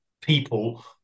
people